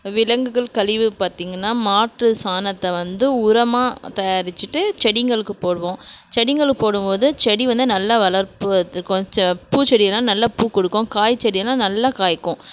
விலங்குகள் கழிவு பார்த்திங்கன்னா மாட்டு சாணத்தை வந்து உரமாக தயாரித்துட்டு செடிங்களுக்கு போடுவோம் செடிங்களுக்கு போடும் போது செடி வந்து நல்லா வளர்வதற்கு கொஞ்சம் பூச்செடியெல்லாம் நல்லா பூ கொடுக்கும் காய் செடியெல்லாம் நல்லா காய்க்கும்